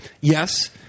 Yes